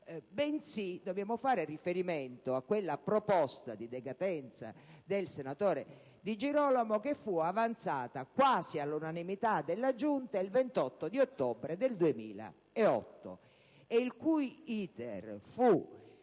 bensì dobbiamo fare riferimento a quella proposta di decadenza del senatore Di Girolamo che fu avanzata quasi all'unanimità dalla Giunta il 28 ottobre 2008 e il cui *iter*,